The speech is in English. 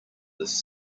this